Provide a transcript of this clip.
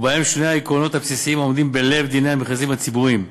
ובהם שני העקרונות הבסיסיים העומדים בלב דיני המכרזים הציבוריים: